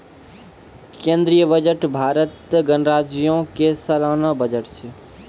केंद्रीय बजट भारत गणराज्यो के सलाना बजट छै